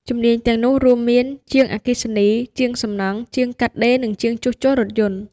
ជំនាញទាំងនេះរួមមាន ជាងអគ្គិសនី ជាងសំណង់ ជាងកាត់ដេរ និងជាងជួសជុលរថយន្ត។